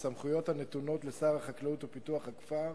הסמכויות הנתונות לשר החקלאות ופיתוח הכפר